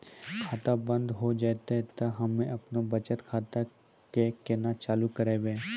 खाता बंद हो जैतै तऽ हम्मे आपनौ बचत खाता कऽ केना चालू करवै?